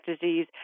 disease